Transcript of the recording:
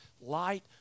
light